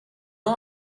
not